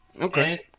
Okay